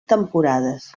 temporades